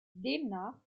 demnach